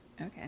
Okay